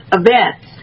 events